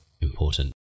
important